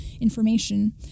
information